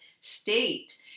state